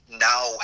Now